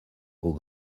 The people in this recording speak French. aux